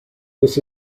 this